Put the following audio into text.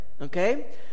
okay